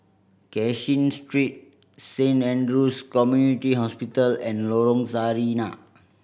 Cashin Street Saint Andrew's Community Hospital and Lorong Sarina